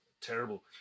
terrible